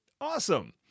Awesome